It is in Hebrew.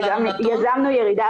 גם יזמנו ירידה,